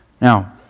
Now